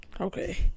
okay